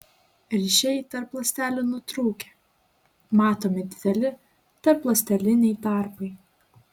ryšiai tarp ląstelių nutrūkę matomi dideli tarpląsteliniai tarpai